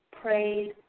prayed